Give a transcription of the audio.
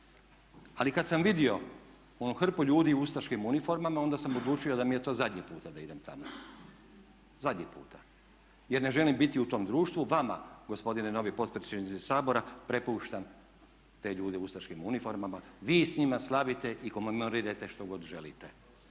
Ali kad sam vidio onu hrpu ljudi u ustaškim uniformama onda sam odlučio da mi je to zadnji puta da idem tamo, zadnji puta. Jer ne želim biti u tom društvu. Vama gospodine novi potpredsjedniče Sabora prepuštam te ljude u ustaškim uniformama, vi s njima slavite i komemorirajte što god želite.